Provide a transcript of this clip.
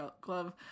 glove